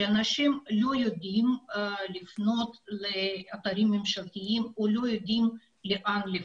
שאנשים לא יודעים לפנות לאתרים ממשלתיים או לא יודעים לאן לפנות.